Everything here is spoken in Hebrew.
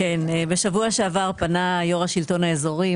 בשבוע שעבר פנה יו"ר השלטון האזורי,